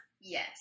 yes